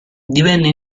divenne